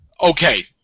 okay